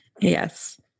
Yes